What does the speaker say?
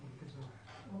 אנחנו בקשר טוב